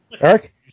Eric